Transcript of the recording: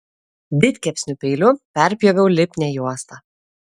didkepsnių peiliu perpjoviau lipnią juostą